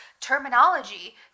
terminology